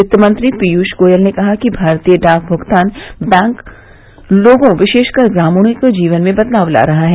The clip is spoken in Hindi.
वित्त मंत्री पीयूष गोयल ने कहा कि भारतीय डाक भुगतान बैंक लोगों विशेषकर ग्रामीणों के जीवन में बदलाव ला रहा है